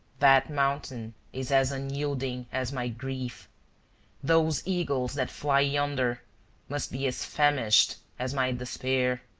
that mountain is as unyielding as my grief those eagles that fly yonder must be as famished as my despair.